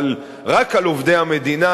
רק על עובדי המדינה,